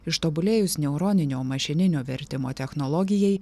ištobulėjus neuroninio mašininio vertimo technologijai